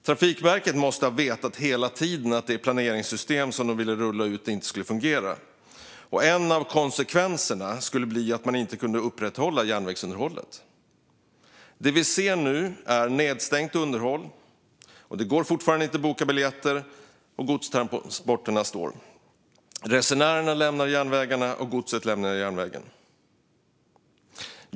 Trafikverket måste ha vetat hela tiden att det planeringssystem som de ville rulla ut inte skulle fungera och att en av konsekvenserna skulle bli att man inte kunde upprätthålla järnvägsunderhållet. Det vi nu ser är nedstängt underhåll, att det fortfarande inte går att boka biljetter, att godstransporterna blir stående och att resenärerna och godset lämnar järnvägen.